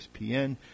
ESPN